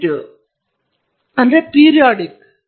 ಅಂಕಿ ಅಂಶ ಮತ್ತು ಅಂದಾಜುದಾರರ ನಡುವಿನ ವ್ಯತ್ಯಾಸವು ತೀರಾ ಸೂಟ್ ಆಗಿದೆ